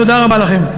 תודה רבה לכם.